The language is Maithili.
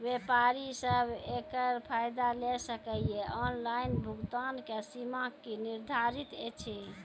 व्यापारी सब एकरऽ फायदा ले सकै ये? ऑनलाइन भुगतानक सीमा की निर्धारित ऐछि?